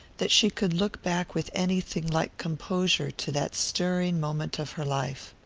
that she could look back with anything like composure to that stirring moment of her life.